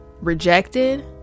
rejected